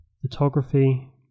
photography